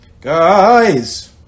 Guys